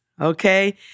Okay